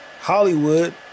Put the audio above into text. Hollywood